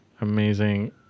Amazing